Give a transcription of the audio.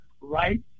right